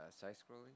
side-scrolling